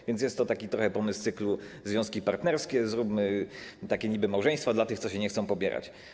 A więc jest to trochę taki pomysł z cyklu: związki partnerskie, zróbmy takie niby-małżeństwa dla tych, co się nie chcą pobierać.